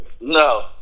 No